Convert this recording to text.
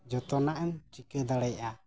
ᱡᱚᱛᱚᱣᱟᱜ ᱮᱢ ᱪᱤᱠᱟᱹ ᱫᱟᱲᱮᱭᱟᱜᱼᱟ